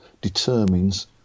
determines